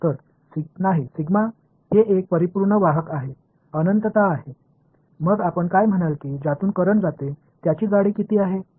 तर नाही हे एक परिपूर्ण वाहक आहे अनंतता आहे मग आपण काय म्हणाल की ज्यातून करंट जाते त्याची जाडी किती आहे